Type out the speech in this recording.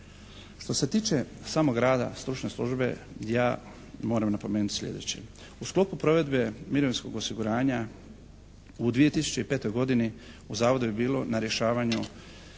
Što se tiče samog rada stručne službe ja moram napomenuti slijedeće. U sklopu provedbe mirovinskog osiguranja u 2005. godini u zavodu je bilo na rješavanju